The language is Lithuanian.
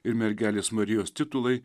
ir mergelės marijos titulai